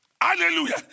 Hallelujah